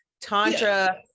tantra